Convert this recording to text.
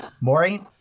Maury